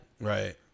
Right